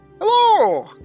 Hello